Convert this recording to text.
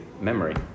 memory